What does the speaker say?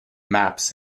maps